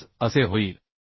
25 असे होईल